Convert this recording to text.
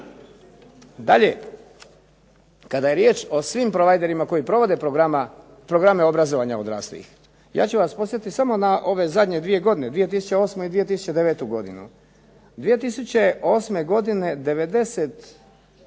Dalje, kada je riječ o svim provajderima koji provode programe obrazovanja odraslih. Ja ću vas podsjetiti na ove zadnje dvije godine 2008. i 2009. godinu. 2008. godine 90